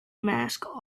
mask